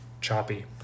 choppy